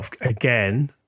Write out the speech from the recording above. again